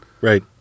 Right